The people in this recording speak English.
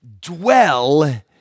dwell